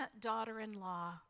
daughter-in-law